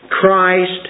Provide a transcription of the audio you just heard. Christ